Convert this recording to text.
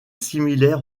similaire